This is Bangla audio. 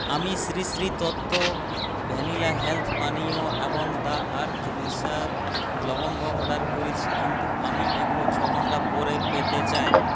আমি শ্রী শ্রী তত্ত্ব ভ্যানিলা হেলথ্ পানীয় এবং দ্য আর্থ রিসার্ভ লবঙ্গ অর্ডার করেছি কিন্তু আমি এগুলো ছ ঘন্টা পরে পেতে চাই